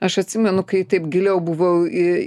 aš atsimenu kai taip giliau buvau į